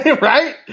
Right